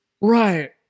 Right